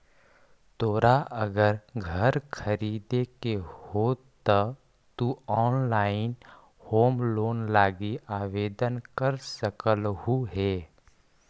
तोरा अगर घर खरीदे के हो त तु ऑनलाइन होम लोन लागी आवेदन कर सकलहुं हे